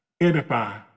edify